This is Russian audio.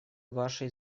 вашей